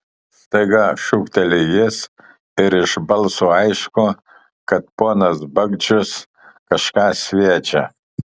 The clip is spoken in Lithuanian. staiga šūkteli jis ir iš balso aišku kad ponas bagdžius kažką sviedžia